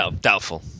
Doubtful